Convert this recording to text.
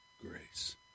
grace